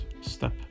step